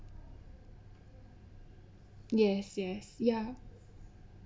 yes yes ya